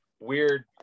weird